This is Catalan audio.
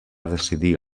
decidir